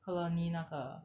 colony 那个